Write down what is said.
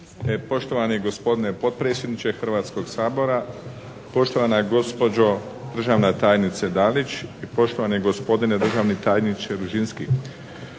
Poštovani gospodine potpredsjedniče Hrvatskog sabora, poštovana gospođo državna tajnice Dalić i poštovani gospodine državni tajniče Ružinski.